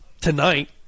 tonight